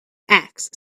axe